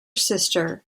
sister